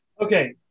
okay